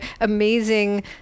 amazing